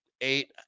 eight